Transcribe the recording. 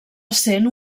essent